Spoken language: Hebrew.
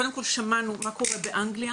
קודם כל שמענו מה קורה באנגליה.